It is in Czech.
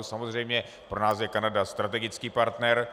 Samozřejmě pro nás je Kanada strategický partner.